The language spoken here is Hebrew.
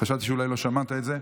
חשבתי שאולי לא שמעת את זה.